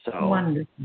Wonderful